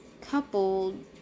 coupled